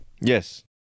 Yes